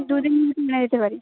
দু দিনের ভেতর এনে দিতে পারি